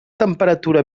temperatura